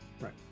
Right